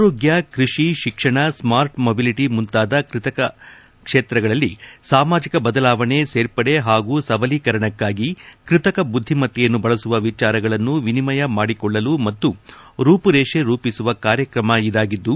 ಆರೋಗ್ಲ ಕೃಷಿ ಶಿಕ್ಷಣ ಸ್ಕಾರ್ಟ್ ಮೊಬಲಿಟ ಮುಂತಾದ ಕ್ಷೇತ್ರಗಳಲ್ಲಿ ಸಾಮಾಜಿಕ ಬದಲಾವಣೆ ಸೇರ್ಪಡೆ ಹಾಗೂ ಸಬಲೀಕರಣಕ್ಕಾಗಿ ಕೃತಕ ಬುದ್ದಿಮತ್ತೆಯನ್ನು ಬಳಸುವ ವಿಚಾರಗಳನ್ನು ವಿನಿಮಯ ಮಾಡಿಕೊಳ್ಳಲು ಮತ್ತು ರೂಪುರೇಷ ರೂಪಿಸುವ ಕಾರ್ಯಕ್ರಮ ಇದಾಗಿದ್ದು